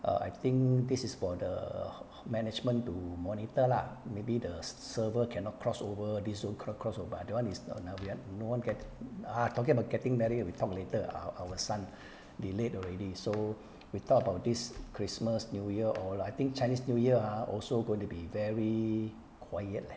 err I think this is for the management to monitor lah maybe the server cannot cross over this so cross over ah that [one] is another no one gets ah forget about getting married we talk later our our son delayed already so we thought of this christmas new year or I think chinese new year ah also going to be very quiet leh